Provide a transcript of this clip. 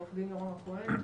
עורך דין, יורם הכהן,